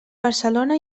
barcelona